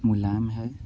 मुलायम है